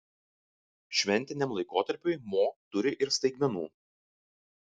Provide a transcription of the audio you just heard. šventiniam laikotarpiui mo turi ir staigmenų